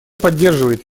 поддерживает